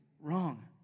wrong